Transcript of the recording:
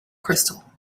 crystal